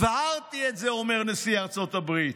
הבהרתי את זה, אומר נשיא ארצות הברית,